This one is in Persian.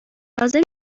لازم